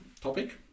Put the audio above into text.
topic